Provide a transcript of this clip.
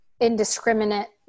indiscriminate